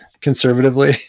conservatively